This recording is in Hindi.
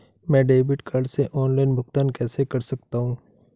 मैं डेबिट कार्ड से ऑनलाइन भुगतान कैसे कर सकता हूँ?